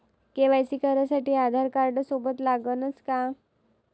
KYC करासाठी आधारकार्ड सोबत लागनच का?